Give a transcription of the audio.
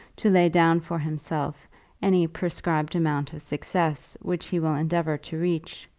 to lay down for himself any prescribed amount of success which he will endeavour to reach,